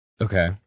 okay